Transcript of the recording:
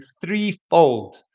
threefold